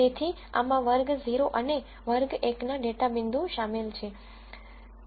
તેથી આમાં વર્ગ 0 અને વર્ગ 1 ના ડેટા પોઇન્ટ શામેલ છે